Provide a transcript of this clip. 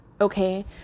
Okay